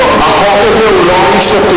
החוק הזה הוא לא ענישתי.